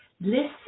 listen